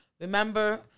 remember